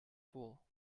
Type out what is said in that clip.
fool